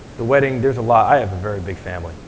the wedding there's a lot i have a very big family.